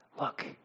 Look